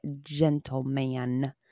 gentleman